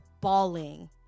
bawling